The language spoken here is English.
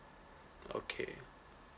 okay